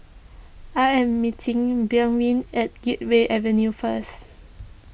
I am meeting at Gateway Avenue first